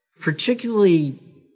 particularly